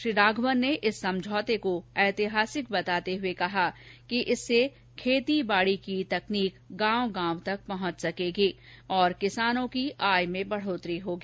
श्री राघवन ने इस समझौते को ऐतिहासिक बताते हुए कहा कि इससे खेतीबाडी की तकनीक गांव गांव तक पहुंच सकेगी और किसानों की आय में वृद्धि होगी